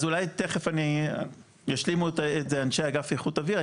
אז אולי תיכף ישלמו את זה אנשי אגף איכות אוויר,